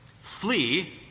Flee